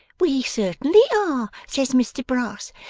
we certainly are, says mr brass.